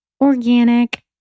organic